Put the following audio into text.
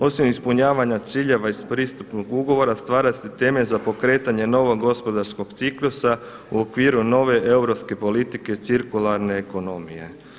Osim ispunjavanja ciljeva iz pristupnog ugovora stvara se temelj za pokretanje novog gospodarskog ciklusa u okviru nove europske politike cirkularne ekonomije.